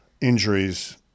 injuries